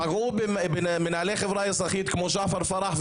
פגעו במנהלי חברה אזרחית כמו ג'עפר פרח,